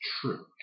True